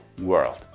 world